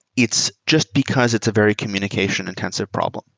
it's just because it's a very communication-intensive problem.